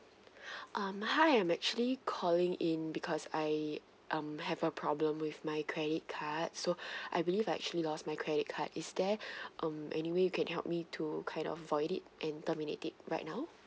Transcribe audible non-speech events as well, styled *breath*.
*breath* um hi I'm actually calling in because I um have a problem with my credit card so *breath* I believe I actually lost my credit card is there *breath* um any way you can help me to kind of void it and terminate it right now